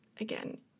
again